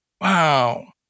Wow